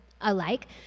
alike